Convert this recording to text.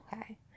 Okay